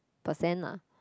percent lah